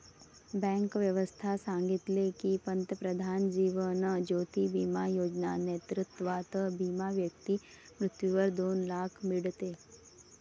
bank व्यवस्था सांगितले की, पंतप्रधान जीवन ज्योती बिमा योजना नेतृत्वात विमा व्यक्ती मृत्यूवर दोन लाख मीडते